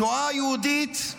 השואה היהודית,